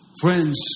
Friends